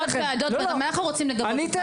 יש לנו עוד ועדות וגם אנחנו רוצים לגבות אותם,